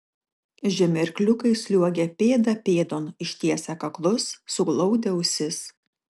žemi arkliukai sliuogė pėda pėdon ištiesę kaklus suglaudę ausis